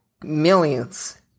Millions